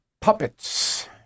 puppets